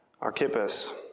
Archippus